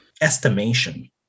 estimation